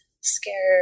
scared